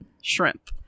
shrimp